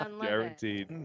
Guaranteed